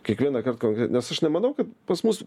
kiekvienąkart kai nes aš nemanau kad pas mus